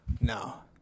No